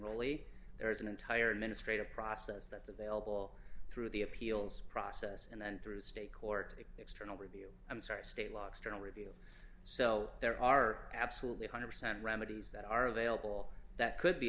enrollee there is an entire administrative process that's available through the appeals process and then through state court external review i'm sorry state law external review so there are absolutely one hundred percent remedies that are available that could be